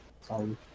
Sorry